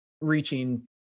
reaching